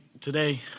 today